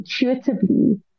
intuitively